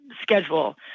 schedule